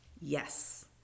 Yes